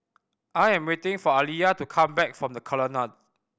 I am waiting for Aliya to come back from The Colonnade